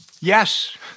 Yes